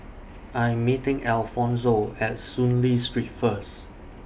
I Am meeting Alfonzo At Soon Lee Street First